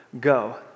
go